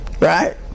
Right